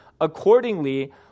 accordingly